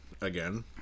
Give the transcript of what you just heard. again